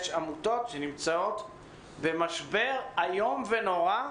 יש עמותות שנמצאות במשבר איום ונורא,